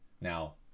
Now